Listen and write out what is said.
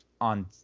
on